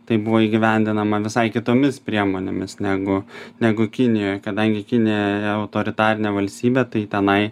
tai buvo įgyvendinama visai kitomis priemonėmis negu negu kinijoj kadangi kinija autoritarinė valstybė tai tenai